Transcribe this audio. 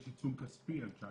יש עיצום כספי על 19(ה).